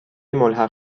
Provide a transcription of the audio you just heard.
ملحق